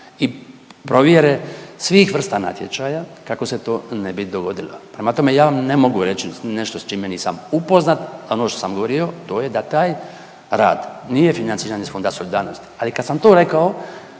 i provjere svih vrsta natječaja kako se to ne bi dogodilo. Prema tome, ja vam ne mogu reći nešto s čime nisam upoznat, a ono što sam govorio to je da taj rad nije financiran iz Fonda solidarnosti, ali kad sam to rekao